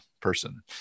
person